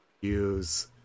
use